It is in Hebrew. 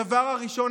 הדבר הראשון,